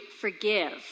forgive